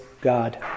God